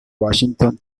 washington